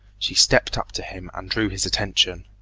she stepped up to him and drew his attention.